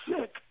sick